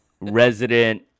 resident